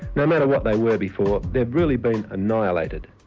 no matter what they were before, they've really been annihilated.